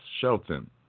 Shelton